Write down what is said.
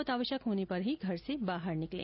बहत आवश्यक होने पर ही घर से बाहर निकलें